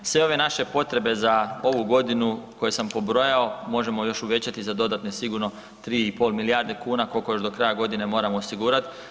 Sve ove naše potrebe za ovu godinu koje sam pobrojao možemo još uvećati za dodatne sigurno 3,5 milijarde kuna koliko još do kraja godine moramo osigurat.